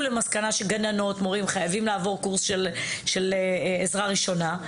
למסקנה שגננות ומורות חייבות לעבור קורס של עזרה ראשונה?